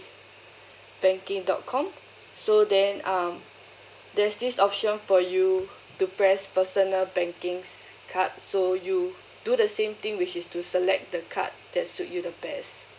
banking dot com so then um there's this option for you to press personal banking card so you do the same thing which is to select the card that suit you the best